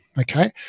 okay